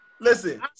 Listen